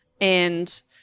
and-